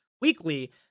weekly